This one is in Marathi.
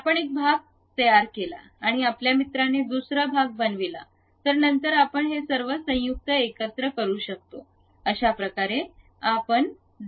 आपण एक भाग तयार केला आणि आपल्या मित्राने दुसरा भाग बनविला तर नंतर आपण ते सर्व संयुक्त एकत्र करू शकतो अशाप्रकारे आपण की ड्रॉईंग कम्प्लीट करू शकतो